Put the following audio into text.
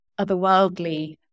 otherworldly